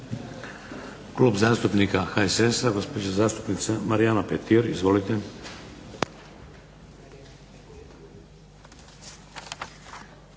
Klub zastupnica HSS-a gospođa zastupnica Marijana Petir. Izvolite.